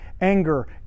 Anger